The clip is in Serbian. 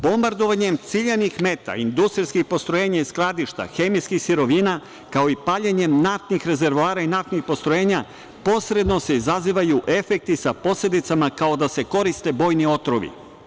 Bombardovanjem ciljanih meta, industrijskih postrojenja i skladišta, hemijskih sirovina, kao i paljenjem naftnih rezervoara i naftnih postrojenja posredno se izazivaju efekti sa posledica kao da se koriste bojni otrovi.